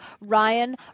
Ryan